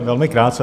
Velmi krátce.